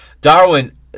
Darwin